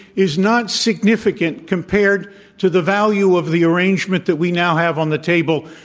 is not significant compared to the value of the arrangement that we now have on the table,